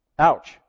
Ouch